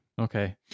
Okay